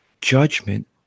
judgment